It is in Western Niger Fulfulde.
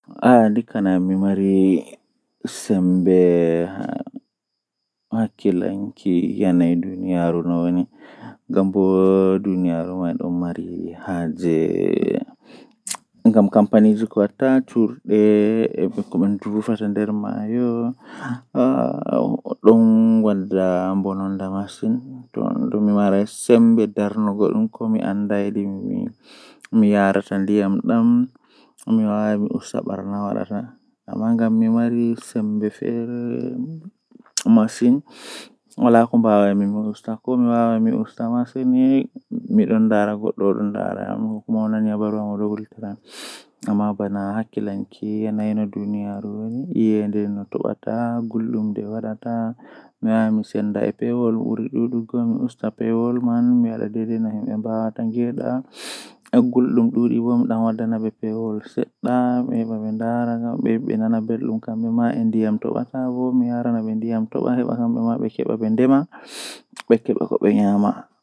Ndikkinami mi yaha be debbo am ngam debbo am do kanko mindo wondi egaa jooni haa abada mi maran bikkon mi andan kala ko o mari haaje pat o andan kala komi mari haaje pat, Amma soobiraabe hande e jango wawan min wara min sendira be mabbe malla min wonda be mabbe min jooda min metai laarugo, Amma debbo am mindon wondiko ndei.